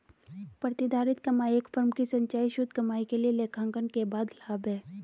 प्रतिधारित कमाई एक फर्म की संचयी शुद्ध कमाई के लिए लेखांकन के बाद लाभ है